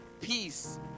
Peace